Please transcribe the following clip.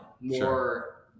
more